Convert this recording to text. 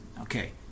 Okay